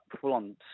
full-on